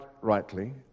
rightly